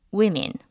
women